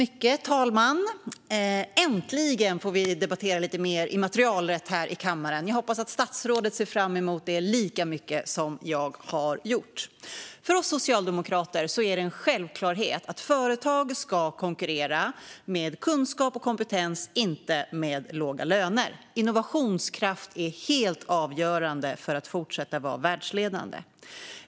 Fru talman! Äntligen får vi debattera lite mer immaterialrätt här i kammaren! Jag hoppas att statsrådet ser fram emot detta lika mycket som jag har gjort. För oss socialdemokrater är det en självklarhet att svenska företag ska konkurrera med kunskap och kompetens, inte med låga löner. Innovationskraft är helt avgörande för att vi ska fortsätta vara världsledande.